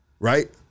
Right